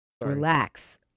Relax